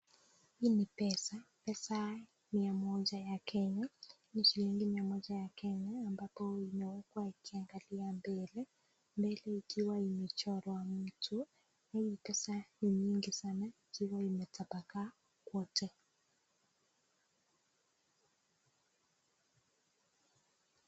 Hii ni pesa, pesa mia moja ya Kenya ni shilingi mia moja ya Kenya ambapo imewekwa ikiangalia mbele ikiwa imechorwa mtu na hii pesa ni mingi sana ikiwa imetapakaa kwote.